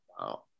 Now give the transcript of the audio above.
Wow